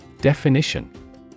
Definition